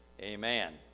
amen